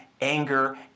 anger